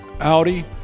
Audi